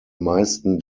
meisten